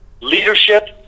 leadership